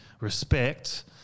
respect